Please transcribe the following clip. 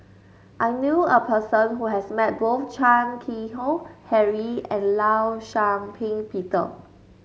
I knew a person who has met both Chan Keng Howe Harry and Law Shau Ping Peter